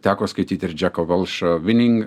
teko skaityt ir džeko velšo vining